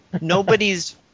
nobody's